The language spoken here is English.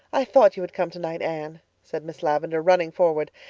i thought you would come tonight, anne, said miss lavendar, running forward.